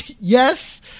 Yes